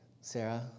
Sarah